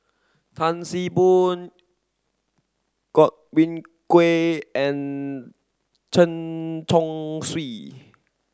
Tan See Boo Godwin Koay and Chen Chong Swee